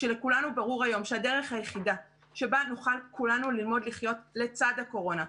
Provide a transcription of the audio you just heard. לכולנו ברור היום שהדרך היחידה שבה נוכל כולנו ללמוד לחיות לצד הקורונה,